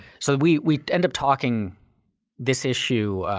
so we we end up talking this issue,